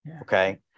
Okay